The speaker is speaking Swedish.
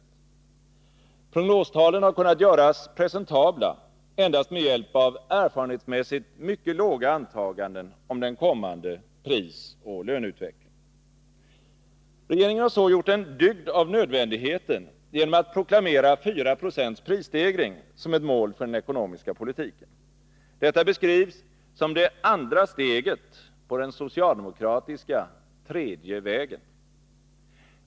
Prognostalen har kunnat göras presentabla endast med hjälp av erfarenhetsmässigt mycket låga antaganden om den kommande prisoch löneutvecklingen. Regeringen har så gjort en dygd av nödvändigheten genom att proklamera 4 Jo prisstegring som ett mål för den ekonomiska politiken. Detta beskrivs som det andra steget på den socialdemokratiska tredje vägen.